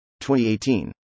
2018